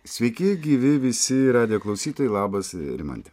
sveiki gyvi visi radijo klausytojai labas rimante